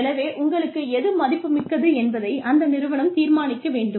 எனவே உங்களுக்கு எது மதிப்புமிக்கது என்பதை அந்த நிறுவனம் தீர்மானிக்க வேண்டும்